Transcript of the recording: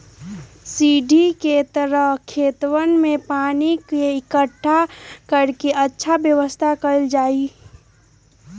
सीढ़ी के तरह खेतवन में पानी के इकट्ठा कर के अच्छा व्यवस्था कइल जाहई